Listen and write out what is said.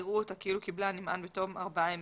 יראו אותה כאילו קיבלה הנמען בתום ארבעה ימי